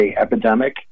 epidemic